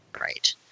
Right